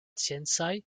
sciencaj